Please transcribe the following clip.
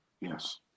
Yes